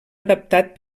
adaptat